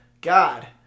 God